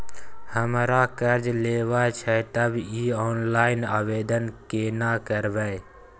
हमरा कर्ज लेबा छै त इ ऑनलाइन आवेदन केना करबै?